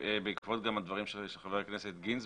גם בעקבות הדברים של חבר הכנסת גינזבורג,